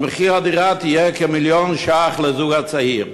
מחיר הדירה יהיה כמיליון שקלים לזוג הצעיר.